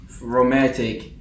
romantic